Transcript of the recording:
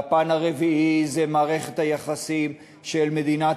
והפן הרביעי זה מערכת היחסים של מדינת